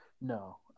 No